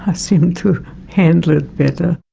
ah seem to handle it better.